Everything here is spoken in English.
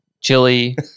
chili